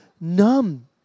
numb